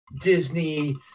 Disney